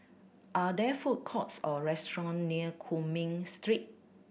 are there food courts or restaurant near Cumming Street